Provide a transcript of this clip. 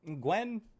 Gwen